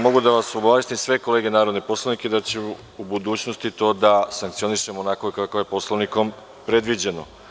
Mogu da obavestim sve kolege narodne poslanike da ću u budućnosti ovo da sankcionišem onako kako je Poslovnikom predviđeno.